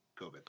COVID